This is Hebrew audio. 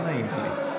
לא נעים לי.